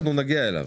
אנחנו נגיע אליו.